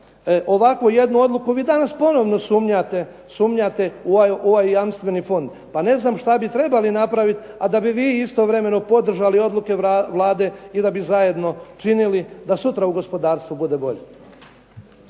ovakvu jednu odluku vi danas ponovno sumnjate u ovaj jamstveni fond. Pa ne znam šta bi trebali napraviti a da bi vi istovremeno podržali odluke Vlade i da bi zajedno činili da sutra u gospodarstvu bude bolje.